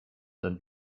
dann